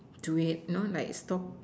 to wait you know like stock